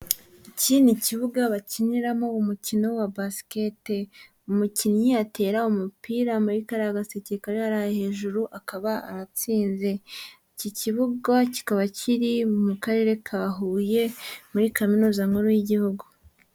Iki ni kibuga bakiniramo umukino wa basiketi, umukinnyi atera umupira muri kariya gaseke kari hariya hejuru akaba aratsinze, iki kibuga kikaba kiri mu karere ka Huye, muri kaminuza nkuru y'igihugu.